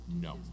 No